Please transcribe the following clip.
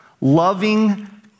loving